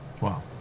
Wow